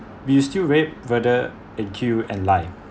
we'll still rape murder and kill and lie